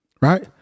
right